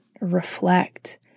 reflect